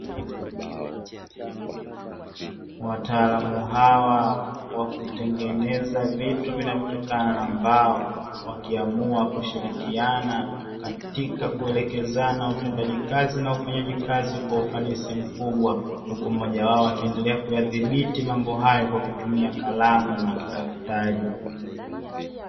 Wataalamu hawa wa kutengeneza vitu vinavyotokana na mbao, wakiamua kushirikiana katika kuelekezana utendaji kazi na ufanyaji kazi kwa ufanisi mkubwa. Huku mmoja wao akiendelea kuyadhibiti mambo hayo kwa kutumia kalamu na daftari.